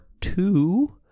two